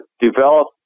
develop